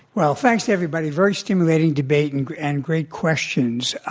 well, thanks, everybody. very stimulating debate and great and great questions.